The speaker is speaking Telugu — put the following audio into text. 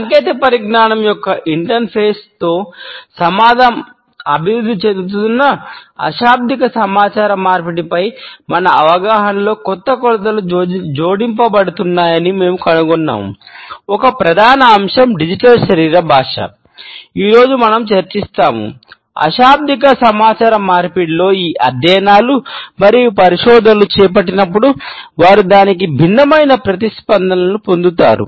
సాంకేతిక పరిజ్ఞానం యొక్క ఇంటర్ఫేస్తో సమాచార మార్పిడిలో ఈ అధ్యయనాలు మరియు పరిశోధనలు చేపట్టినప్పుడు వారు దానికి భిన్నమైన ప్రతిస్పందనలను పొందుతారు